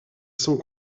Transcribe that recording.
sans